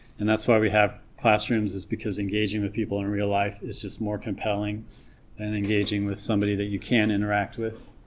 and that's why we have classrooms is because engaging with people in real life is just more compelling than and engaging with somebody that you can't interact with